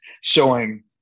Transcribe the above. showing